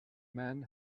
men